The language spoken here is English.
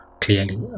clearly